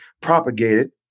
propagated